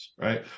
right